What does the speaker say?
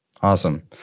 Awesome